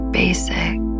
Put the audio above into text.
basic